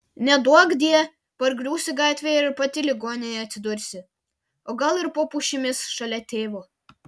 neduokdie pargriūsi gatvėje ir pati ligoninėje atsidursi o gal ir po pušimis šalia tėvo